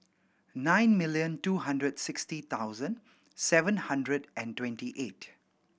nine million two hundred sixty thousand seven hundred and twenty eight